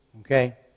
Okay